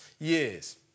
years